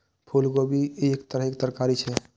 फूलगोभी एक तरहक तरकारी छियै